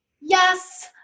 Yes